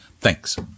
Thanks